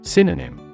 Synonym